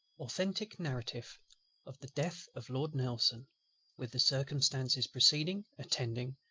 authentic narrative of the death of lord nelson with the circumstances preceding, attending,